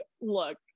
look